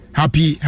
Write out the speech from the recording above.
happy